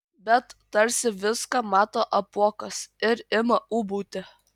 bet tarsi viską mato apuokas ir ima ūbauti